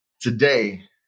Today